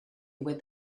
with